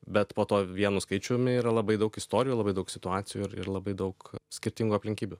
bet po tuo vienu skaičiumi yra labai daug istorijų labai daug situacijų ir ir labai daug skirtingų aplinkybių